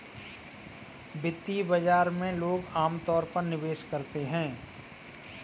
वित्तीय बाजार में लोग अमतौर पर निवेश करते हैं